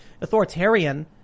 authoritarian